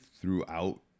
throughout